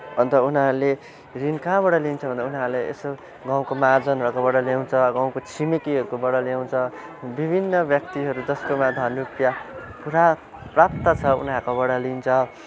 अन्त उनीहरूले रिन कहाँबाट लिन्छ भन्दा उनीहरूले यसो गाउँको महाजनहरूबाट ल्याउँछ गाउँको छिमेकीहरूको बाट ल्याउँछ विभिन्न व्यक्तिहरू जसकोमा धन रुपियाँ पुरा प्राप्त छ उनीहरूको बाट लिन्छ